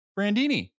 Brandini